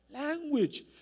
language